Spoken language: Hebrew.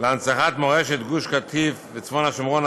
להנצחת מורשת גוש קטיף וצפון השומרון,